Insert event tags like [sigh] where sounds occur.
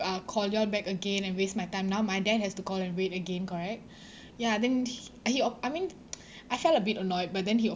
uh call you all back again and waste my time now my dad has to call and wait again correct [breath] ya then he he a~ I mean [noise] [breath] I felt a bit annoyed but then he